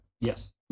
Yes